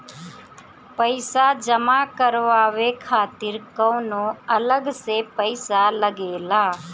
पईसा जमा करवाये खातिर कौनो अलग से पईसा लगेला?